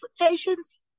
implications